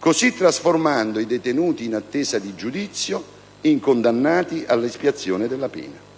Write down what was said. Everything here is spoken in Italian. (così trasformando i detenuti in attesa di giudizio in condannati all'espiazione della pena).